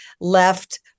left